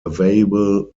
available